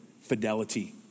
fidelity